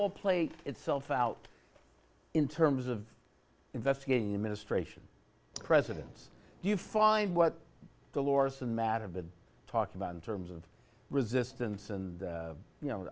all play itself out in terms of investigating administration presidents do you find what dolores and matter been talked about in terms of resistance and you know